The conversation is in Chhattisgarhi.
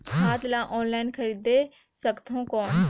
खाद ला ऑनलाइन खरीदे सकथव कौन?